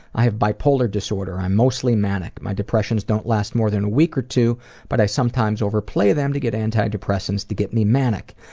i have bipolar disorder, i am mostly manic, my depressions don't last more than a week or two but i sometimes overplay them to get antidepressants to get me manic.